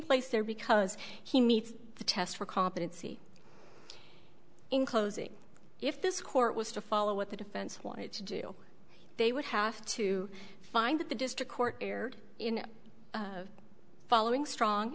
placed there because he meets the test for competency inclosing if this court was to follow what the defense wanted to do they would have to find that the district court erred in following strong